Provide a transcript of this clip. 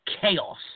chaos